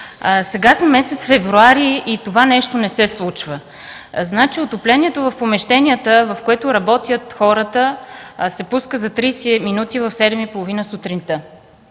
Сега сме месец февруари и това нещо не се случва. Отоплението в помещенията, в което работят хората, се пуска за 30 минути в седем